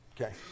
Okay